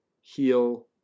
heal